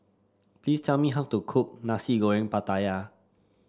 please tell me how to cook Nasi Goreng Pattaya